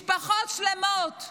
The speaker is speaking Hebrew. משפחות שלמות,